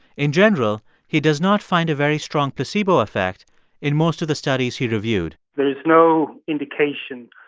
in general, he does not find a very strong placebo effect in most of the studies he reviewed there is no indication,